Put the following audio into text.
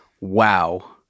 Wow